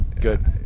Good